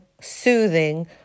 soothing